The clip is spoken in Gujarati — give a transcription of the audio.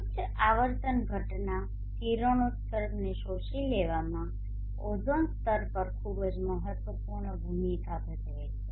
ઉચ્ચ આવર્તન ઘટના કિરણોત્સર્ગને શોષી લેવામાં ઓઝોન સ્તર પણ ખૂબ જ મહત્વપૂર્ણ ભૂમિકા ભજવે છે